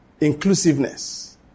Inclusiveness